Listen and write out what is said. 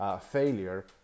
failure